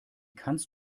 kannst